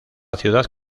ciudad